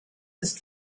ist